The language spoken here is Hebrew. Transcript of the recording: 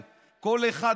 אשתו,